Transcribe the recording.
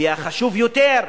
והחשוב יותר,